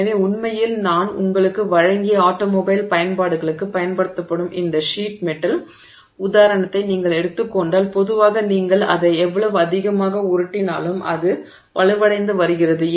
எனவே உண்மையில் நான் உங்களுக்கு வழங்கிய ஆட்டோமொபைல் பயன்பாடுகளுக்குப் பயன்படுத்தப்படும் இந்த ஷீட் மெட்டல் உதாரணத்தை நீங்கள் எடுத்துக் கொண்டால் பொதுவாக நீங்கள் அதை எவ்வளவு அதிகமாக உருட்டினாலும் அது வலுவடைந்து வருகிறது